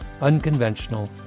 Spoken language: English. unconventional